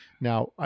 Now